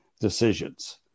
decisions